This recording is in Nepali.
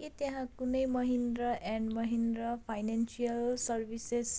के त्यहाँ कुनै Mahindra and Mahindra financial services